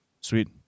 sweet